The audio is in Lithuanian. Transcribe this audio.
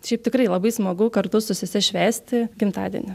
šiaip tikrai labai smagu kartu su sese švęsti gimtadienį